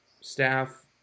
staff